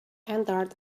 entered